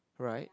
right